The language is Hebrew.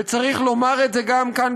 וצריך לומר את זה גם כאן,